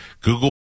Google